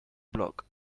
block